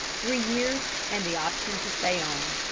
three years and the option to stay on.